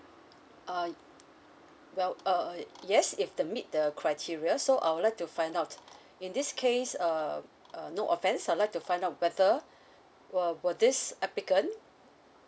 uh well uh yes if they meet the criteria so I would like to find out in this case uh uh no offence I would like to find out whether will will this applicant